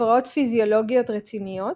הפרעות פיזיולוגיות רציניות,